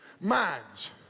minds